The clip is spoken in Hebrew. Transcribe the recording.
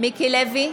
מיקי לוי,